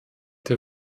der